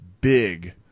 Big